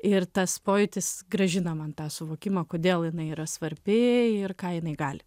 ir tas pojūtis grąžina man tą suvokimą kodėl jinai yra svarbi ir ką jinai gali